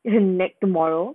mm that tomorrow